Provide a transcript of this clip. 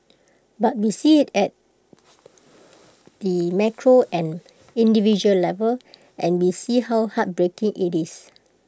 but we see IT at the micro and individual level and we see how heartbreaking IT is